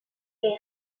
père